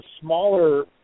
smaller